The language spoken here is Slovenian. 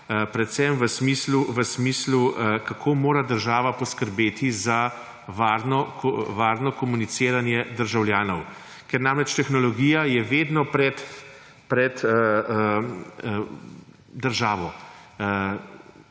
predvsem v smislu, kako mora država poskrbeti za varno komuniciranje državljanov. Ker namreč tehnologija je vedno pred državo.